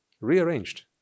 rearranged